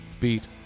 beat